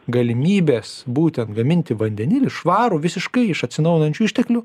galimybės būtent gaminti vandenilį švarų visiškai iš atsinaujinančių išteklių